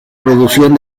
producción